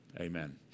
Amen